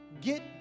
get